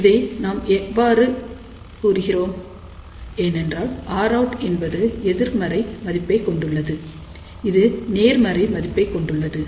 இதை ஏன் இவ்வாறு கூறுகிறோம் ஏனென்றால் Rout என்பது எதிர்மறை மதிப்பை கொண்டுள்ளது இது நேர்மறை மதிப்பை கொண்டுள்ளது